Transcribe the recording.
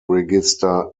register